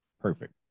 perfect